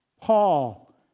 Paul